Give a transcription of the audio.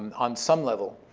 um on some level,